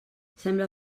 sembla